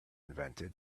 invented